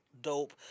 dope